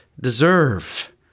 deserve